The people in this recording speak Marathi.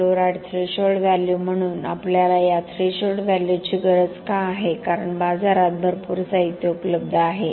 क्लोराईड थ्रेशोल्ड व्हॅल्यू म्हणून आपल्याला या थ्रेशोल्ड व्हॅल्यूची गरज का आहे कारण बाजारात भरपूर साहित्य उपलब्ध आहे